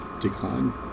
decline